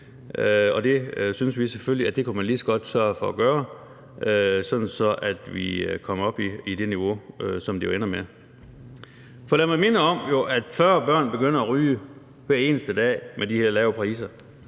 det synes vi selvfølgelig man lige så godt kunne sørge for at gøre, sådan at vi kommer op i det niveau, som det jo ender med. Lad mig minde om, at 40 børn begynder at ryge hver eneste dag med de her lave priser.